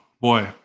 boy